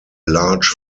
large